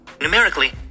Numerically